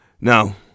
Now